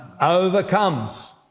overcomes